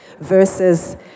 Versus